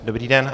Dobrý den.